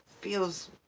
feels